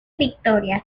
victorias